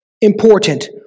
important